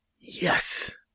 yes